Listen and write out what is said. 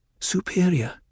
superior